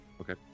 okay